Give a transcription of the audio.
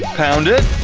pound it,